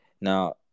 Now